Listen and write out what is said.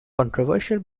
controversial